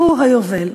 הוא היובל.